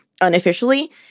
unofficially